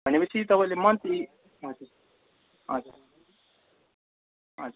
भनेपछि तपाईँले मन्थली हजुर हजुर हजुर